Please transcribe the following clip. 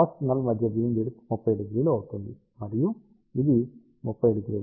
కాబట్టి ఫస్ట్ నల్ మధ్య బీమ్ విడ్త్ 300 అవుతుంది మరియు ఇది 300